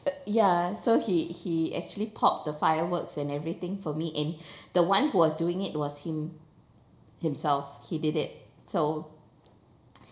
uh ya so he he actually popped the fireworks and everything for me and the one who was doing it was him himself he did it so